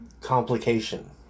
complication